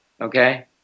Okay